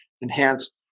enhanced